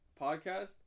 podcast